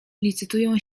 licytują